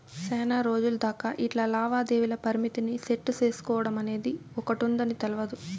సేనారోజులు దాకా ఇట్లా లావాదేవీల పరిమితిని సెట్టు సేసుకోడమనేది ఒకటుందని తెల్వదు